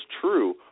true